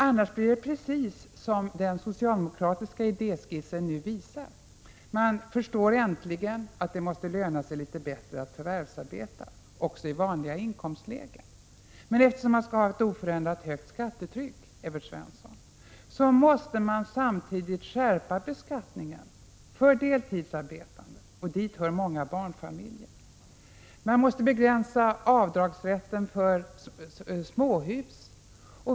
Annars blir det precis som den socialdemokratiska idéskissen nu visar. Man har äntligen förstått att det måste löna sig litet bättre att förvärvsarbeta också för dem som befinner sig i vanliga inkomstlägen. Men eftersom man skall ha ett oförändrat högt skattetryck, Evert Svensson, måste man samtidigt skärpa beskattningen för deltidsarbetande, och dit hör många barnfamiljer. Man måste begränsa rätten till avdrag för småhus.